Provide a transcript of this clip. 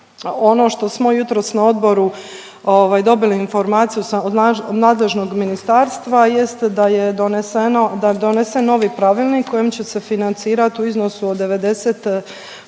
Ono što smo jutros na odboru dobili informaciju od nadležnog ministarstva jest da je donesen novi Pravilnik kojim će se financirati u iznosu od 90%